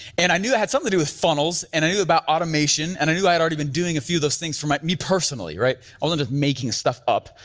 and i knew it had something to do with funnels, and i knew about automation, and i knew i had already been doing a few those things for me personally, right? i wasn't just making stuff up,